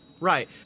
Right